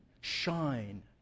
shine